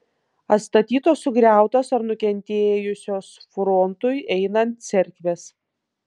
atstatytos sugriautos ar nukentėjusios frontui einant cerkvės